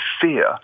fear